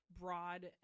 broad